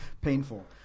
Painful